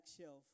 shelf